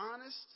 honest